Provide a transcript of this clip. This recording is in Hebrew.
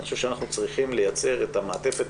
אני חושב שאנחנו צריכים לייצר את המעטפת